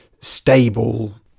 stable